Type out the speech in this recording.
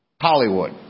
Hollywood